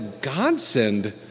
godsend